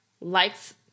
likes